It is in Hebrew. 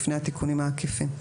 לפני התיקונים העקיפים.